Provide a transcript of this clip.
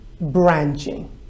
branching